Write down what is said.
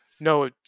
No